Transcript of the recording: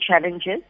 challenges